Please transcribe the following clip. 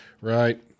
Right